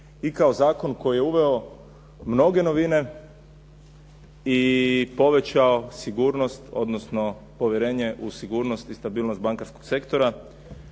i kao zakon koji je uveo mnoge novine i povećao sigurnost odnosno povjerenje u sigurnost i stabilnost bankarskog sektora